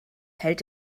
held